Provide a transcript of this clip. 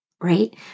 right